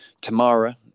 tamara